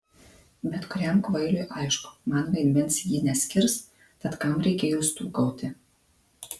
bet kuriam kvailiui aišku man vaidmens ji neskirs tad kam reikėjo stūgauti